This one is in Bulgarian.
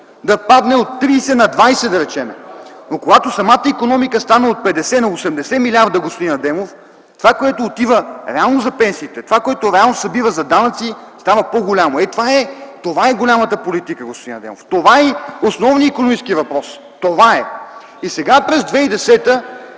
да падне от 30 на 20 да речем, но когато самата икономика стане от 50 на 80 милиарда, господин Адемов, това, което отива реално за пенсиите, това, което реално се събира за данъци става по-голямо. Това е голямата политика, господин Адемов, това е основният икономически въпрос. Това е! ХАСАН АДЕМОВ